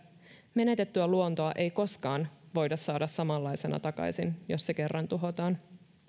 menetettyä luontoa ei koskaan voida saada samanlaisena takaisin jos se kerran tuhotaan